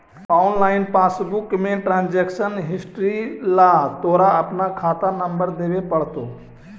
online passbook में transaction history ला तोरा अपना खाता नंबर देवे पडतो